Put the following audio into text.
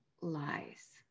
lies